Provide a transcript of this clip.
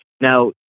Now